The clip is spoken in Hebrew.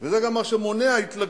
וזה גם מה שמונע התלקטות